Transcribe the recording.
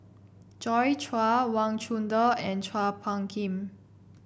Joi Chua Wang Chunde and Chua Phung Kim